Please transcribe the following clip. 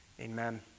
Amen